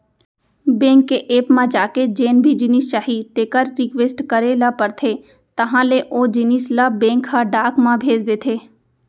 bank के app म जाके जेन भी जिनिस चाही तेकर रिक्वेस्ट करे ल परथे तहॉं ले ओ जिनिस ल बेंक ह डाक म भेज देथे